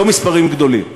לא מספרים גדולים.